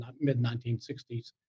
mid-1960s